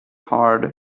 hard